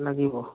লাগিব